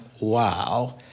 wow